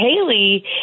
Haley